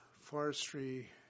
Forestry